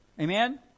Amen